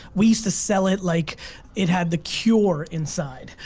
we used to sell it like it had the cure inside.